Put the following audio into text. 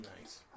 Nice